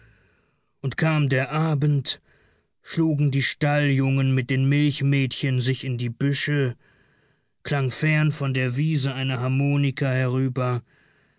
und kam der abend schlugen die stalljungen mit den milchmädchen sich in die büsche klang fern von der wiese eine harmonika herüber